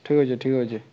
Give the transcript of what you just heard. ଠିକ ଅଛି ଠିକ ଅଛିି